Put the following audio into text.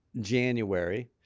January